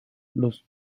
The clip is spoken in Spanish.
los